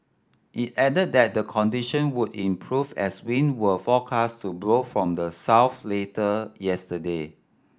it added that the condition would improve as wind were forecast to blow from the south later yesterday